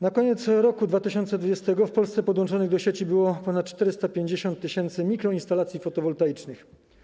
Na koniec roku 2020 w Polsce podłączonych do sieci było ponad 450 tys. mikroinstalacji fotowoltaicznych.